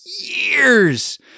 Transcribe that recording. years